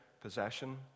possession